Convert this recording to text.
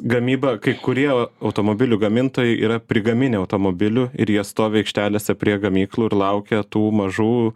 gamyba kai kurie automobilių gamintojai yra prigaminę automobilių ir jie stovi aikštelėse prie gamyklų ir laukia tų mažų